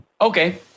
Okay